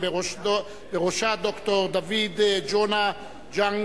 בראשה ד"ר דייוויד ג'ונה ג'אנג,